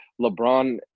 LeBron